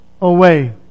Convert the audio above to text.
away